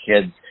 kids